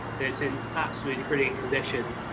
it's in absolutely brilliant condition.